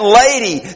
lady